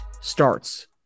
starts